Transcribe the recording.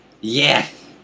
Yes